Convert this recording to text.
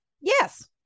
Yes